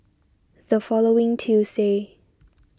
the following Tuesday